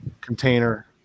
container